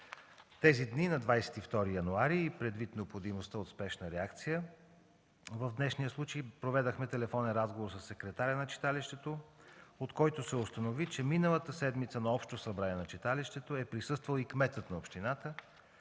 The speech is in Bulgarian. Тези дни – на 22 януари, и предвид необходимостта от спешна реакция в днешния случай, проведохме телефонен разговор със секретаря на читалището, от който се установи, че миналата седмица на общото събрание на читалището е присъствал и кметът на общината,